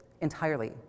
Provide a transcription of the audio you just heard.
entirely